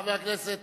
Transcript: חבר הכנסת